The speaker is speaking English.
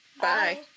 Bye